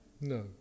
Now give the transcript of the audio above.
No